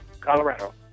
Colorado